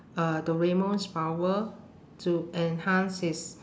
uh doraemon's power to enhance his